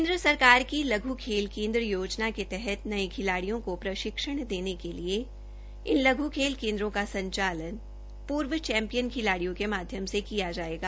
केन्द्र सरकार की लघु खेल केन्द्र योजना के तहत नये खिलाड़ियों को प्रशिक्षण देने के लिए इन लघु खेल केन्द्रों का संचालतन पूर्व चैंपियन खिलाडियों के मायम से किया जायेगा